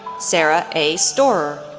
sarah a. storer,